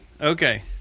Okay